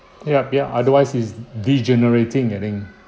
yup yup otherwise it's degenerating I think